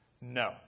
No